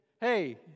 Hey